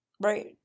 Right